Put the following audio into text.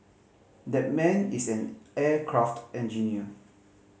that man is an aircraft engineer